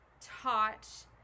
taught